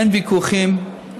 אין ויכוחים,